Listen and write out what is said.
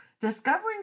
discovering